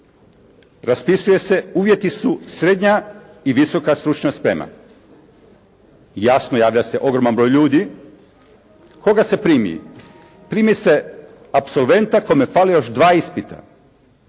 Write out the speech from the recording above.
raspisuje se. Uvjeti su: srednja i visoka stručna sprema. Jasno, javlja se ogroman broj ljudi. Koga se primi? Primi se apsolventa kome fali još dva ispita.